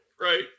right